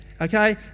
okay